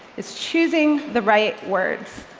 it's choosing the right words,